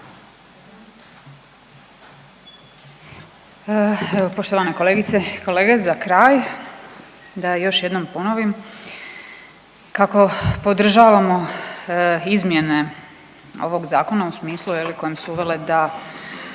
Poštovane kolegice i kolege, za kraj da još jednom ponovim kako podržavamo izmjene ovog zakona u smislu je li kojim su uvele da